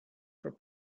for